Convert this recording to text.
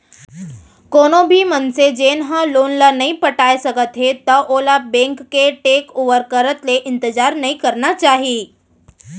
कोनो भी मनसे जेन ह लोन ल नइ पटाए सकत हे त ओला बेंक के टेक ओवर करत ले इंतजार नइ करना चाही